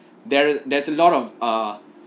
there there's a lot of uh